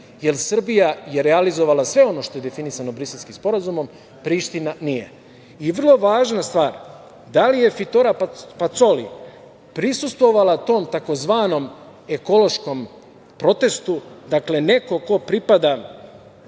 jer Srbija je realizovala sve ono što je definisano Briselskim sporazumom, a Priština nije. Vrlo je važna stvar da li je Fitore Pacoli prisustvovala tom tzv. ekološkom protestu, dakle, neko ko pripada